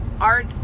art